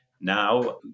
Now